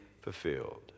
fulfilled